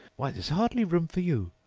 why, there's hardly room for you,